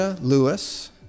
Lewis